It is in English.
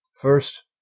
First